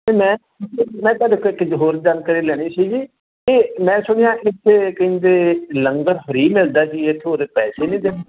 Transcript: ਅਤੇ ਮੈਂ ਮੈਂ ਤੁਹਾਡੇ ਕੋਲੋਂ ਇੱਕ ਹੋਰ ਜਾਣਕਾਰੀ ਲੈਣੀ ਸੀਗੀ ਅਤੇ ਮੈਂ ਸੁਣਿਆ ਇੱਥੇ ਕਹਿੰਦੇ ਲੰਗਰ ਫਰੀ ਮਿਲਦੈ ਪੈਸੇ ਨਹੀਂ